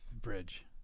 Bridge